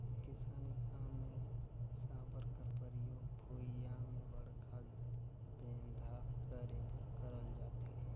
किसानी काम मे साबर कर परियोग भुईया मे बड़खा बेंधा करे बर करल जाथे